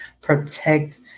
Protect